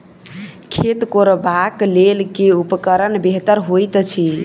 खेत कोरबाक लेल केँ उपकरण बेहतर होइत अछि?